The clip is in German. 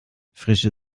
frische